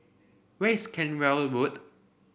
where is Cranwell Road